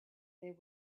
there